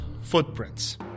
footprints